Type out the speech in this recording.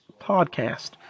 podcast